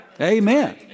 Amen